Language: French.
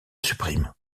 supprime